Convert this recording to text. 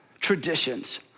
traditions